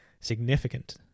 significant